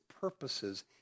purposes